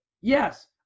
yes